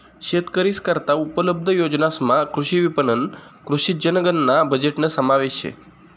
शेतकरीस करता उपलब्ध योजनासमा कृषी विपणन, कृषी जनगणना बजेटना समावेश शे